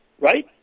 Right